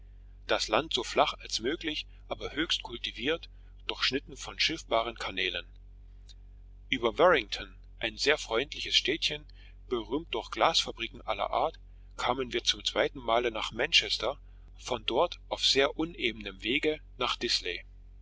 das land so flach als möglich aber höchst kultiviert durchschnitten von schiffbaren kanälen über warrington ein sehr freundliches städtchen berühmt durch glasfabriken aller art kamen wir zum zweiten male nach manchester von dort auf sehr unebenem wege nach disley